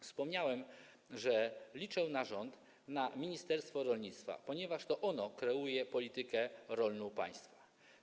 Wspomniałem, że liczę na rząd, na ministerstwo rolnictwa, ponieważ to ono kreuje politykę rolną państwa.